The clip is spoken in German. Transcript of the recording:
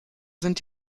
sind